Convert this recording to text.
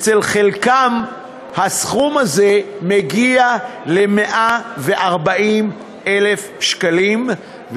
אצל חלקם הסכום הזה מגיע ל-140,000 שקלים,